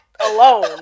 alone